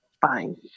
Fine